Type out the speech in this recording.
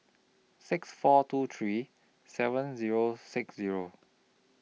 six four two three seven Zero six Zero